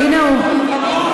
הינה הוא,